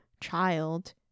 child